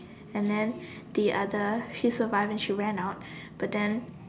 and then the other she's survived and she ran out but then